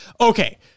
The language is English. Okay